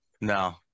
no